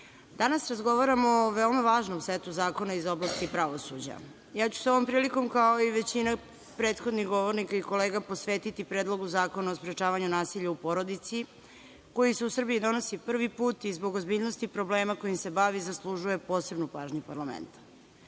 danas razgovaramo o veoma važnom setu zakona iz oblasti pravosuđa. Ovom prilikom ću se, kao i većina prethodnih govornika i kolega, posvetiti predlogu zakona o sprečavanju nasilja u porodici, koji se u Srbiji donosi prvi put i zbog ozbiljnosti problema kojim se bavi zaslužuje posebnu pažnju u parlamentu. Postoji